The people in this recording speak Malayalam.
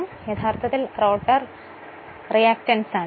ഇതു യഥാർഥത്തിൽ റോട്ടോർ റിയാക്റ്റൻസാണ്